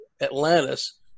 Atlantis